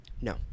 No